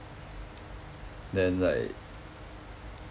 then like